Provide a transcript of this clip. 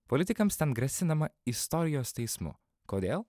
politikams ten grasinama istorijos teismu kodėl